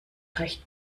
recht